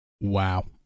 Wow